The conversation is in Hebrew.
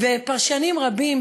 ופרשנים רבים,